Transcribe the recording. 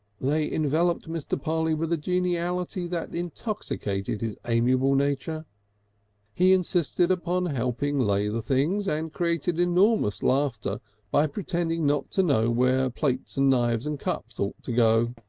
enveloped mr. polly with a geniality that intoxicated his amiable nature he insisted upon helping lay the things, and created enormous laughter by pretending not to know where plates and knives and cups ought to go.